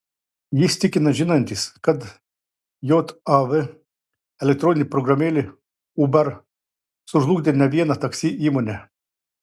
jis tikina žinantis kad jav elektroninė programėlė uber sužlugdė ne vieną taksi įmonę